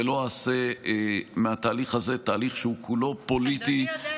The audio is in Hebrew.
ולא אעשה מהתהליך הזה תהליך שהוא כולו פוליטי,